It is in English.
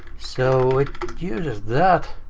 so it uses that,